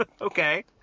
Okay